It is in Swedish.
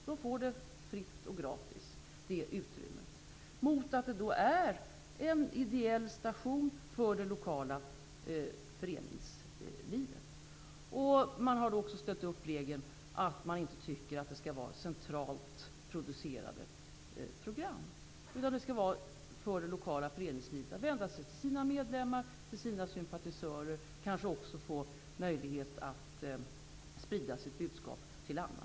Den får detta utrymme fritt och gratis mot att det är ideella stationer för det lokala föreningslivet. Man har då också ställt upp regeln att det inte skall vara centralt producerade program. Det lokala föreningslivet skall vända sig till medlemmar, sina sympatisörer och kanske också få möjlighet att sprida sitt budskap till andra.